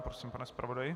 Prosím, pane zpravodaji.